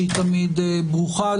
שהיא תמיד ברוכה,